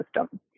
system